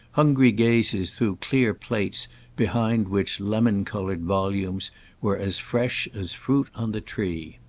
hungry gazes through clear plates behind which lemon-coloured volumes were as fresh as fruit on the tree.